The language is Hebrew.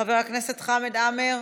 חבר הכנסת חמד עמאר